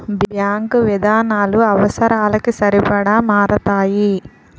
bank విధానాలు అవసరాలకి సరిపడా మారతాయి